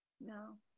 No